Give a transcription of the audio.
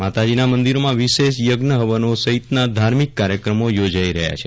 માતાજીના મંદિરોમાં વિશેષ યજ્ઞ હવનો સહિતના ધાર્મિક કાર્યક્રમો યોજાશે